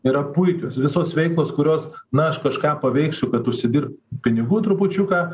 yra puikios visos veiklos kurios na aš kažką paveiksiu kad užsidirbt pinigų trupučiuką